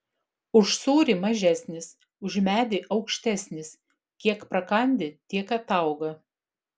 už sūrį mažesnis už medį aukštesnis kiek prakandi tiek atauga